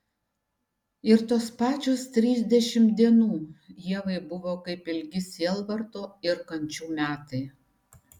ir tos pačios trisdešimt dienų ievai buvo kaip ilgi sielvarto ir kančių metai